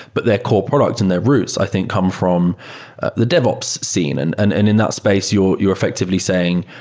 but their core products and their roots i think come from the devops scene, and and and in that space, you're you're effectively saying,